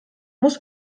muss